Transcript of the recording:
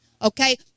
Okay